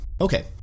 Okay